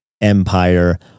Empire